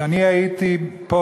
כשאני הייתי פה,